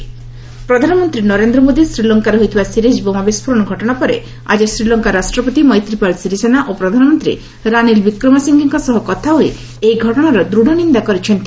PM Sri Lanka ପ୍ରଧାନମନ୍ତ୍ରୀ ନରେନ୍ଦ୍ର ମୋଦି' ଶ୍ରୀଲଙ୍କାରେ ହୋଇଥିବା ସିରିଜ ବୋମା ବିସ୍କୋରଣ ଘଟଣା ପରେ ଆଜି ଶ୍ରୀଲଙ୍କା ରାଷ୍ଟ୍ରପତି ମୈତ୍ରୀପାଲ ଶିରିସେନା ଓ ପ୍ରଧାନମନ୍ତ୍ରୀ ରାନିଲ ବିକ୍ରମାସିଙ୍ଘେଙ୍କ ସହ କଥା ହୋଇ ଏହି ଘଟଣାର ଦୂଢନିନ୍ଦା କରିଛନ୍ତି